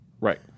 Right